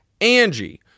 Angie